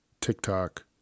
TikTok